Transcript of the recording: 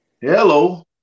Hello